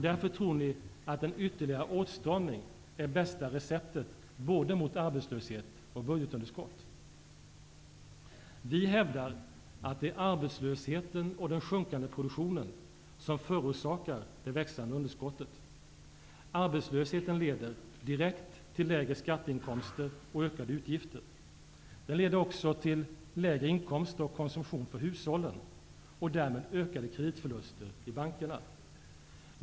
Därför tror de att en ytterligare åtstramning är bästa receptet både mot arbetslöshet och budgetunderskott. Vi hävdar att det är arbetslösheten och den sjunkande produktionen som förorsakar det växande underskottet. Arbetslösheten leder direkt till lägre skatteinkomster och ökade utgifter. Den leder också till lägre inkomster och lägre konsumtion för hushållen och därmed till ökade kreditförluster för bankerna.